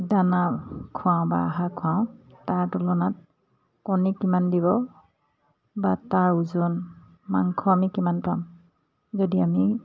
দানা খোৱাাওঁ বা আহাৰ খোৱাওঁ তাৰ তুলনাত কণী কিমান দিব বা তাৰ ওজন মাংস আমি কিমান পাম যদি আমি